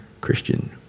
Christian